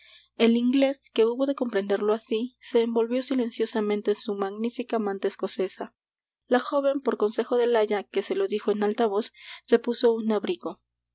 el inglés que hubo de comprenderlo así se envolvió silenciosamente en su magnífica manta escocesa la joven por consejo del aya que se lo dijo en alta voz se puso un abrigo